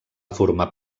formar